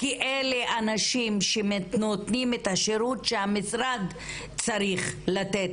כי אלה אנשים שנותנים את השירות שהמשרד צריך לתת